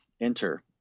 enter